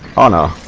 ana